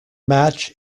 match